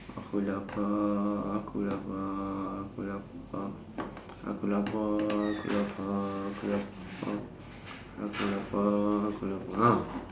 aku lapar aku lapar aku lapar aku lapar aku lapar aku lapar oh aku lapar oh